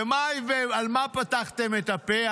ועל מה פתחתם את הפה?